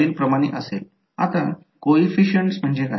तर हे time domain आहे आता जर फ्रिक्वेंसी डोमेनवर आले